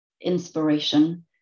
inspiration